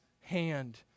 hand